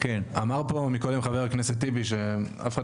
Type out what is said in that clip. אמר פה מקודם חבר הכנסת טיבי שאף אחד